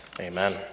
Amen